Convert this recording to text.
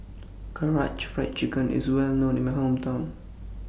Karaage Fried Chicken IS Well known in My Hometown